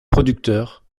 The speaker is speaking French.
producteur